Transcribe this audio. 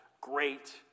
great